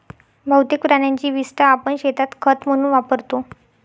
बहुतेक प्राण्यांची विस्टा आपण शेतात खत म्हणून वापरतो